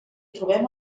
trobem